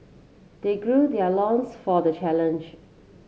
they gird their loins for the challenge